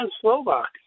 Slovak